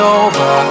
over